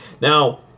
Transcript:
now